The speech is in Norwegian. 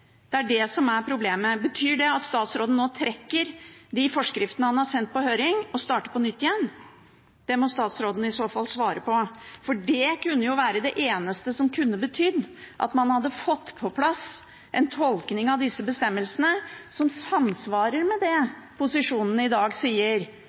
Det er det som er problemet. Betyr det at statsråden nå trekker de forskriftene han har sendt på høring, og starter på nytt? Det må statsråden i så fall svare på. For det kunne være det eneste som betydde at man hadde fått på plass en tolkning av disse bestemmelsene som samsvarer med